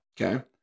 Okay